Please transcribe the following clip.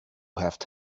have